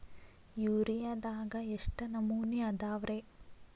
ಯೂರಿಯಾದಾಗ ಎಷ್ಟ ನಮೂನಿ ಅದಾವ್ರೇ?